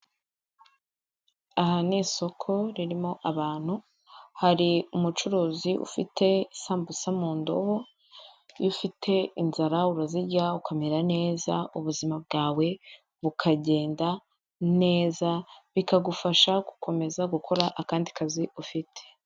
Aha ni isoko ririmo abantu, hari umucuruzi ufite isambusa mu ndobo, iyo ufite inzara urazirya ukamera neza, ubuzima bwawe bukagenda neza, bikagufasha gukomeza gukora akandi kazi ufite.